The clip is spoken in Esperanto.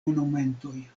monumentoj